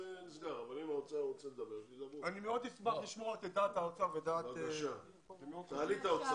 בואי נעשה ישיבה נוספת בעוד שלושה חודשים.